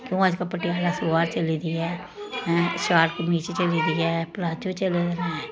क्यों अजकल्ल पटेयाला सलवार चली दी ऐ हैं सलवार कमीज चली दी ऐ प्लाजो चले दे न